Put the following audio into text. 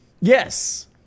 Yes